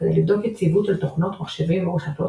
כדי לבדוק יציבות של תוכנות, מחשבים או רשתות